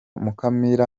mukamira